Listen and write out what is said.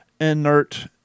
inert